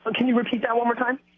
but can you repeat that one more time?